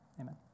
amen